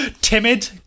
Timid